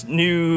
new